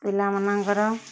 ପିଲାମାନଙ୍କର